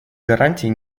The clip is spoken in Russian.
гарантии